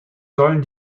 sollen